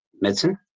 medicine